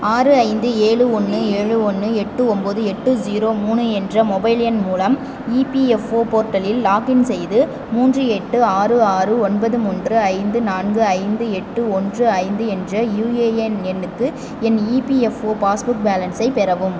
ஆறு ஐந்து ஏழு ஒன்று ஏழு ஒன்று எட்டு ஒம்போது எட்டு ஸீரோ மூணு என்ற மொபைல் எண் மூலம் இபிஎஃப்ஒ போர்ட்டலில் லாக்கின் செய்து மூன்று எட்டு ஆறு ஆறு ஒன்பது மூன்று ஐந்து நான்கு ஐந்து எட்டு ஒன்று ஐந்து என்ற யுஏஎன் எண்ணுக்கு என் இபிஎஃப்ஒ பாஸ்புக் பேலன்ஸை பெறவும்